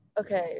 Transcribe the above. Okay